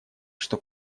что